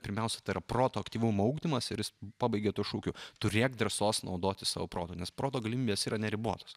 pirmiausia tai yra proto aktyvumo ugdymas ir jis pabaigia tuo šūkiu turėk drąsos naudotis savo protu nes proto galimybės yra neribotos